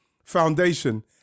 foundation